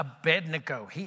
Abednego